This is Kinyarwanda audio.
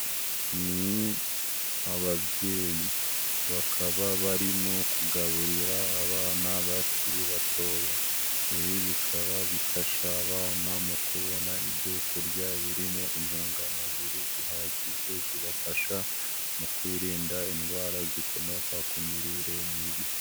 Ni ababyeyi bakaba barimo kugaburira abana bakiri batoya, ibi bikaba bifasha abana mu kubona ibyo kurya birimo intungamubiri zihagije zibafasha mu kwirinda indwara zikomoka ku mirire mibi.